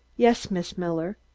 yes, miss miller.